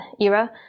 era